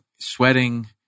sweating